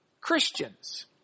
Christians